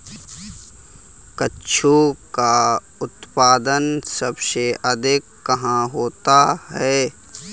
कद्दू का उत्पादन सबसे अधिक कहाँ होता है?